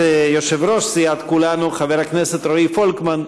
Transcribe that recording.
חבר הכנסת פולקמן,